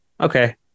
okay